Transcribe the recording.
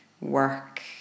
work